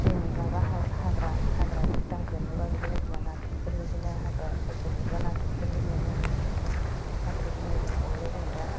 माबा हाग्रा हाग्रा दांग्रोमोब्ला बिदिनो आरो एखमब्ला नाथुरफोर बिदिनो हाग्रा सेर सेर गुरब्ला नाथुरफोर मोनो नाथुर जुनायबो हयो जों दा